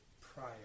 prior